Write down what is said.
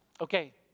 Okay